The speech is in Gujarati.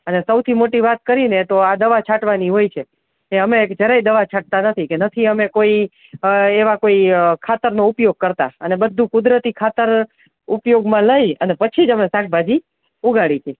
અને સૌથી મોટી વાત કરીને કે તો આ દવા છાંટવાની હોય છે એ અમે જરાયે દવા છાંટતા નથી નથી અમે કોઈ એવા કોઈ ખાતરનો ઉપયોગ કરતાં અને બધુ કુદરતી ખાતર ઉપયોગમાં લઈ પછી જ અમે શાકભાજી ઉગાડીએ છીએ